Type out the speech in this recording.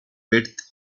width